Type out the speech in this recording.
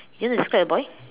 you want to describe the boy